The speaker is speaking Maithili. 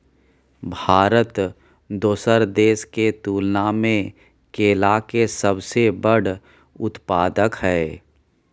भारत दोसर देश के तुलना में केला के सबसे बड़ उत्पादक हय